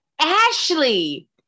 Ashley